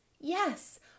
Yes